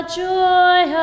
joy